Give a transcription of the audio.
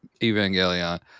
evangelion